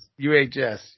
UHS